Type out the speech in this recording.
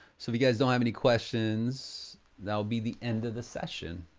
so if you guys don't have any questions that'll be the end of the session